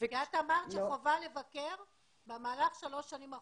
כי את אמרת שחובה לבקר במהלך שלוש השנים האחרונות,